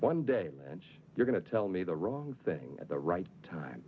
one day and age you're going to tell me the wrong thing at the right time